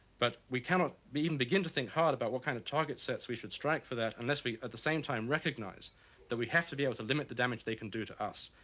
but we can not even um begin to think hard about what kind of target sets we should strike for that unless we at the same time recognize that we have to be able to limit the damage they can do to us,